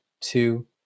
two